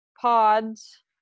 pods